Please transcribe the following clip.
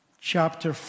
Chapter